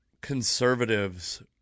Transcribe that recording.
conservatives